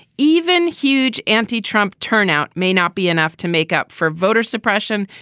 even huge anti-trump turnout may not be enough to make up for voter suppression.